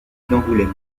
d’angoulême